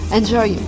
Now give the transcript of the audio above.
enjoy